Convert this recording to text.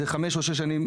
זה חמש או שש שנים.